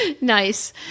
Nice